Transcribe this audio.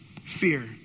Fear